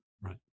Right